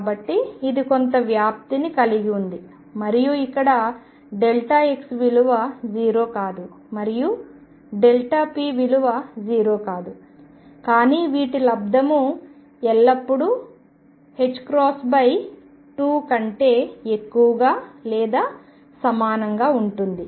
కాబట్టి ఇది కొంత వ్యాప్తిని కలిగి ఉంది మరియు ఇక్కడ x విలువ 0 కాదు మరియు p విలువ 0 కాదు కానీ వీటి లబ్దము ఎల్లప్పుడూ 2 కంటే ఎక్కువగా లేదా సమానంగా ఉంటుంది